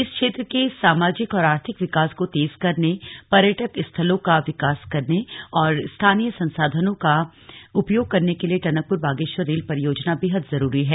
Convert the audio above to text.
इस क्षेत्र के सामाजिक और आर्थिक विकास को तेज करने पर्यटक स्थलों का विकास करने और स्थानीय संसाधनों का उपयोग करने के लिए टनकपुर बागेश्वर रेल परियोजना बेहद जरूरी है